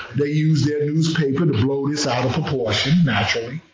they used their newspaper to blow this out of proportion, naturally